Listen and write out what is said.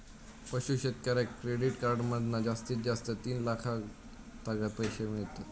पशू शेतकऱ्याक credit card मधना जास्तीत जास्त तीन लाखातागत पैशे मिळतत